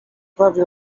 prawie